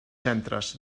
centres